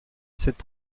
cette